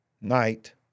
night